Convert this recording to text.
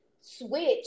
switch